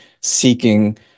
seeking